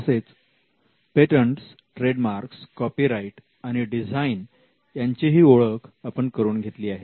तसेच patents trade marks copyright आणि design आरेखन यांचीही ओळख आपण करून घेतली आहे